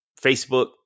Facebook